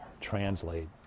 translate